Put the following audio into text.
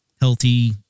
healthy